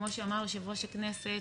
כמו שאמר יושב-ראש הכנסת,